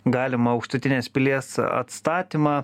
galimą aukštutinės pilies atstatymą